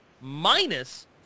minus